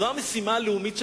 זאת המשימה הלאומית שלנו.